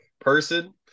person